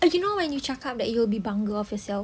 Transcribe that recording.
I don't know when you cakap that you'll be bangga of yourself